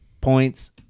points